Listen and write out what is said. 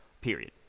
Period